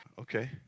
Okay